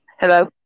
Hello